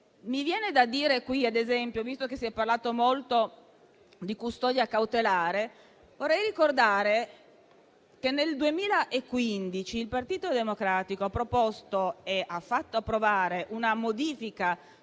e hanno avuto un loro effetto. Visto che si è parlato molto di custodia cautelare, vorrei ricordare che nel 2015 il Partito Democratico ha proposto e ha fatto approvare una modifica